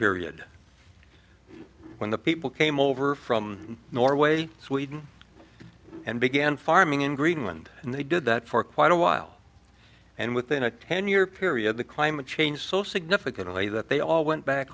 period when the people came over from norway sweden and began farming in greenland and they did that for quite a while and within a ten year period the climate change so significantly that they all went back